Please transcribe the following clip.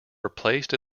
replaced